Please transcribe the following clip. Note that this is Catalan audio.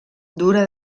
dura